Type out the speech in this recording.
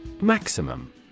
maximum